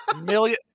Million